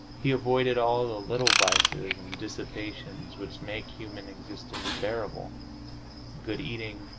he avoided all the little vices and dissipations which make human existence bearable good eating,